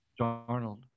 darnold